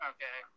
Okay